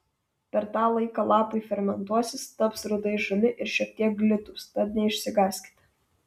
per tą laiką lapai fermentuosis taps rudai žali ir šiek tiek glitūs tad neišsigąskite